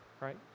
right